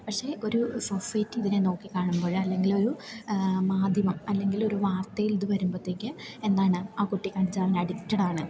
പക്ഷെ ഒരു സൊസൈറ്റി ഇതിനെ നോക്കി കാണുമ്പോൾ അല്ലെങ്കിലൊരു മാധ്യമം അല്ലെങ്കിലൊരു വാർത്തയിൽ ഇത് വരുമ്പോഴത്തേക്ക് എന്താണ് ആ കുട്ടി കഞ്ചാവിനഡിക്റ്റഡാണ്